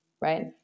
right